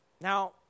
Now